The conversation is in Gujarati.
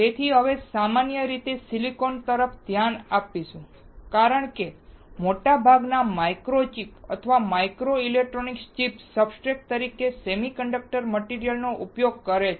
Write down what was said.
તેથી હવે આપણે સામાન્ય રીતે સિલિકોન તરફ ધ્યાન આપીશું કારણ કે મોટાભાગના માઇક્રો ચિપ્સ અથવા માઇક્રોઇલેક્ટ્રોનિક ચિપ્સ સબસ્ટ્રેટ તરીકે સેમીકન્ડક્ટર મટીરીયલ નો ઉપયોગ કરે છે